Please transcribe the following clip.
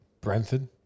Brentford